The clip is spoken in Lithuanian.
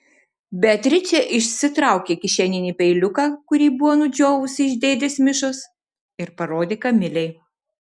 beatričė išsitraukė kišeninį peiliuką kurį buvo nudžiovusi iš dėdės mišos ir parodė kamilei